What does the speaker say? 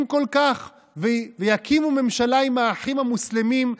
כל כך ויקימו ממשלה עם האחים המוסלמים?